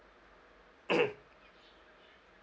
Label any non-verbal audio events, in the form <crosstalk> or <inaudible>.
<coughs>